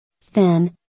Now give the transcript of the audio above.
thin